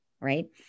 right